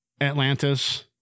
atlantis